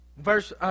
Verse